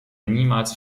niemals